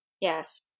Yes